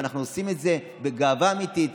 ואנחנו עושים את זה בגאווה אמיתית,